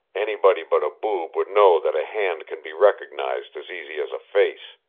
anybody but a boob would know that a hand can be recognized as easy as a face.